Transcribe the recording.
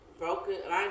broken